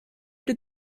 did